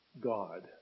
God